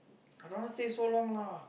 I don't want to stay so long lah